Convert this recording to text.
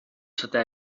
setè